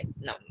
no